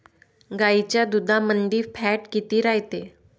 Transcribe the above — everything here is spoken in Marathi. गाईच्या दुधामंदी फॅट किती रायते?